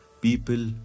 People